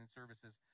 services